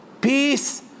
Peace